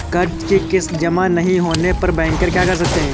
कर्ज कि किश्त जमा नहीं होने पर बैंकर क्या कर सकते हैं?